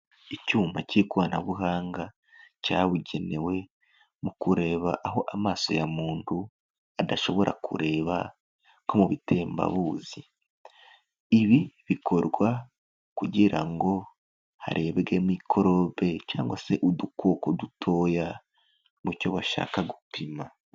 Icyuma cy'ikoranabuhanga cyabugenewe mu kureba aho amaso ya muntu adashobora kureba nko mu bitembabuzi, ibi bikorwa kugira ngo harebwe mikorobe cyangwa se udukoko dutoya mucyo bashaka gupima.